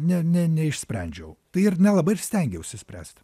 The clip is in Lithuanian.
ne ne neišsprendžiau tai ir nelabai ir stengiausi spręst